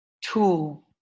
tool